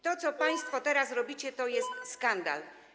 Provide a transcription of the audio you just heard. To, co państwo teraz robicie, to jest skandal.